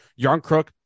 Yarncrook